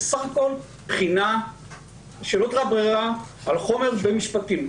בסך הכול על בחינה עם שאלות רב-ברירה על חומר במשפטים,